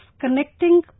connecting